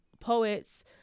poets